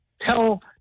tell